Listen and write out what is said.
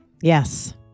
Yes